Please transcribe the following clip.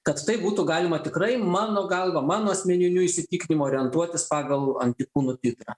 kad tai būtų galima tikrai mano galva mano asmeniniu įsitikinimu orientuotis pagal antikūnų titrą